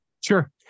Sure